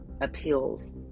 appeals